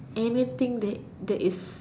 anything that that is